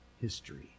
history